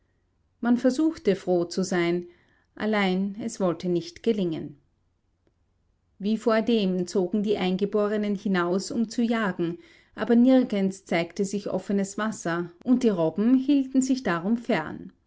man versuchte froh zu sein allein es wollte nicht gelingen wie vordem zogen die eingeborenen hinaus um zu jagen aber nirgends zeigte sich offenes wasser und die robben hielten sich darum fern